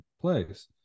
place